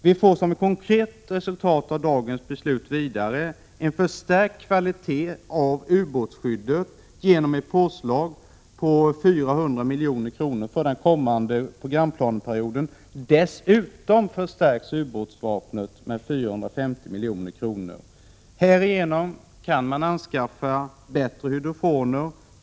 Vi får vidare, som ett konkret resultat av dagens beslut, en förstärkt kvalitet på ubåtsskyddet genom ett påslag på 400 milj.kr. för den kommande programplaneperioden. Dessutom förstärks ubåtsvapnet med 450 milj.kr. Härigenom kan man anskaffa bättre hydrofoner.